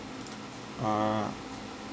uh